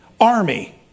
army